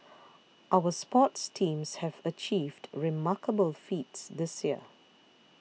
our sports teams have achieved remarkable feats this year